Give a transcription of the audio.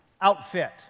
outfit